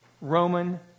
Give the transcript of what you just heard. Roman